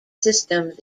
systems